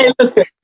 listen